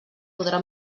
podrà